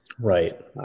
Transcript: Right